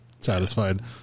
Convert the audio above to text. satisfied